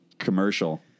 commercial